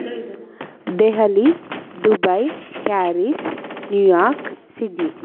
Delhi Dubai Paris New York Sydney